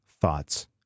thoughts